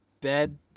bed